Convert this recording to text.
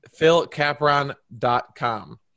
philcapron.com